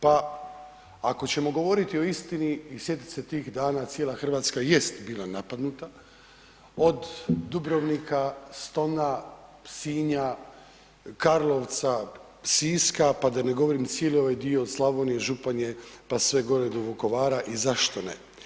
Pa ako ćemo govoriti o istini i sjetiti se tih dana cijela Hrvatska jest bila napadnuta, od Dubrovnika, Stona, Sinja, Karlovca, Siska, pa da ne govorim i cijeli ovaj dio Slavonije i Županje pa sve gore do Vukovara i zašto ne.